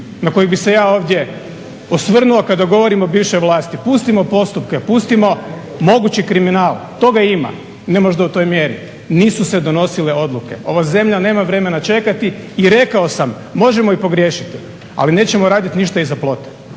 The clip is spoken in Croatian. na koji bi se ja ovdje osvrnuo kada govorim o bivšoj vlasti. Pustimo postupke, pustimo mogući kriminal – toga ima. Ne možda u toj mjeri, ali nisu se donosile odluke. Ova zemlja nema vremena čekati i rekao sam možemo i pogriješiti, ali nećemo raditi ništa iza plota.